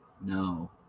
No